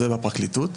זה בפרקליטות.